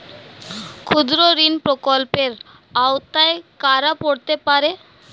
ক্ষুদ্রঋণ প্রকল্পের আওতায় কারা পড়তে পারে?